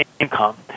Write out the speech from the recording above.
income